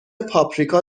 پاپریکا